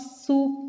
soup